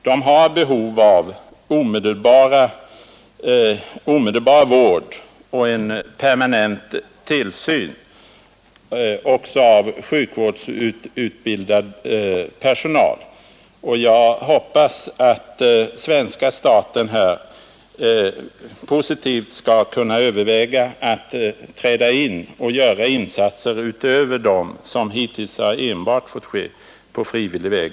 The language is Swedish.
De har behov av omedelbar vård och en permanent tillsyn, också av sjukvårdsutbildad personal. Jag hoppas att svenska staten här positivt skall kunna överväga att träda in och göra insatser för denna grupp, utöver dem som hittills enbart har fått ske på frivillig väg.